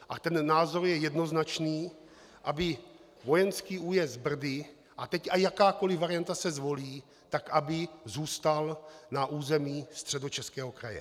A ten názor je jednoznačný aby vojenský újezd Brdy a teď jakákoli varianta se zvolí zůstal na území Středočeského kraje.